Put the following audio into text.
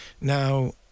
Now